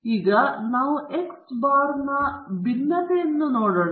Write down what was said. ಈಗ ನಾವು ಎಕ್ಸ್ ಬಾರ್ನ ಭಿನ್ನತೆಯನ್ನು ನೋಡೋಣ